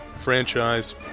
franchise